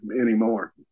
anymore